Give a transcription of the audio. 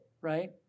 right